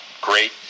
Great